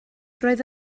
roedd